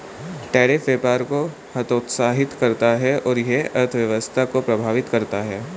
tariff व्यापार को हतोत्साहित करता है और यह अर्थव्यवस्था को प्रभावित करता है